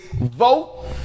vote